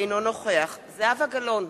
אינו נוכח זהבה גלאון,